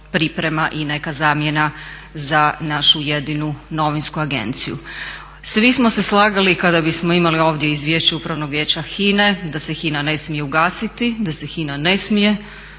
priprema i neka zamjena za našu jedinu novinsku agenciju. Svi smo se slagali kada bismo imali ovdje Izvješće Upravnog vijeća HINA-e da se HINA ne smije ugasiti, da se HINA ne smije